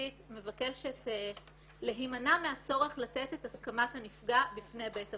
הממשלתית מבקשת להימנע מהצורך לתת את הסכמת הנפגע בפני בית המשפט.